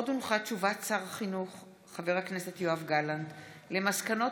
עוד הונחה הודעת שר החינוך חבר הכנסת יואב גלנט על מסקנות